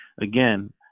Again